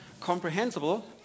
comprehensible